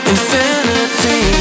Infinity